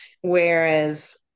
Whereas